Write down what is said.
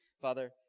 Father